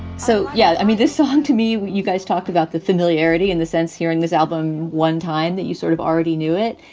so, yeah, i mean, this song to me, you guys talked about the familiarity and the sense here in this album. one time that you sort of already knew it,